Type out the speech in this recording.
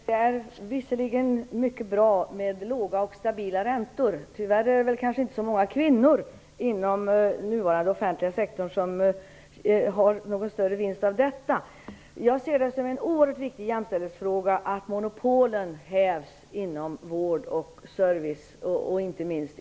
Herr talman! Det är visserligen mycket bra med låga och stabila räntor. Tyvärr är det inte så många kvinnor inom den offentliga sektorn som har någon större fördel av detta. Jag ser det som en oerhört viktig jämställdhetsfråga att monopolen inom hela vårdområdet och servicesektorn hävs.